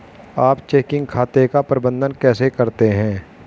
आप चेकिंग खाते का प्रबंधन कैसे करते हैं?